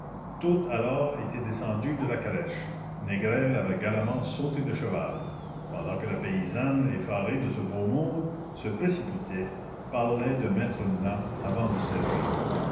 toutes alors étaient descendues de la calèche négrel avait galamment sauté de cheval pendant que la paysanne effarée de ce beau monde se précipitait parlait de mettre une nappe avant de servir